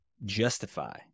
justify